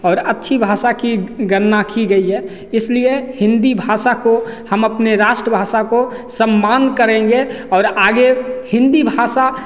और अच्छी भाषा की गणना की गई है इसलिए हिंदी भाषा को हम अपने राष्ट्र भाषा को सम्मान करेंगे और आगे हिंदी भाषा